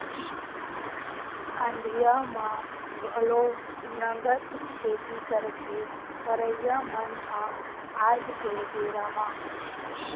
अंधिया म घलो नंगत खेती करथे करइया मन ह आज के बेरा म